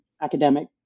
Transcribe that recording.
academic